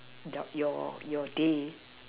your day